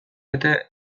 bete